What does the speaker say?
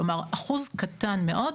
כלומר אחוז קטן מאוד,